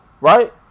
right